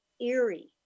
eerie